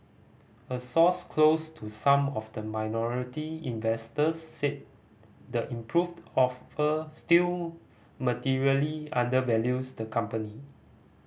a source close to some of the minority investors said the improved offer still materially undervalues the company